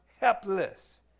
helpless